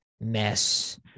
mess